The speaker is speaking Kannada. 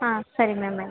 ಹಾಂ ಸರಿ ಮ್ಯಾಮ್ ಆಯ್ತು